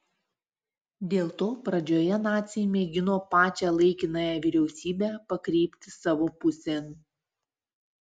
dėl to pradžioje naciai mėgino pačią laikinąją vyriausybę pakreipti savo pusėn